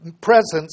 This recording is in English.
presence